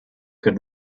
good